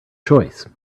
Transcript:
choice